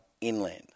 inland